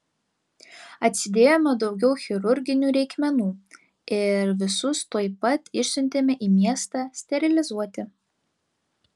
atsidėjome daugiau chirurginių reikmenų ir visus tuoj pat išsiuntėme į miestą sterilizuoti